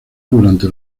durante